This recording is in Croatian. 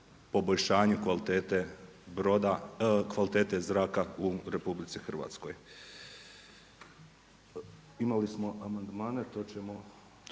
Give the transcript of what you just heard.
poboljšanju kvalitete zraka u RH. Imali smo amandmane to ćemo